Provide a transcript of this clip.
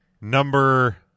number